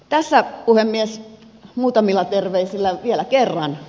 tässä puhemies muutamilla terveisillä vielä kerran